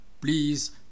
please